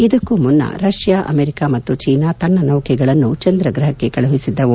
ಇದಕ್ಕೂ ಮುನ್ನ Russia America ಮತ್ತು ಚೀನಾ ತನ್ನ ನೌಕೆಗಳನ್ನು ಚಂದ್ರ ಗ್ರಹಕ್ಕೆ ಕಳುಹಿಸಿದ್ದವು